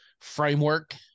framework